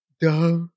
duh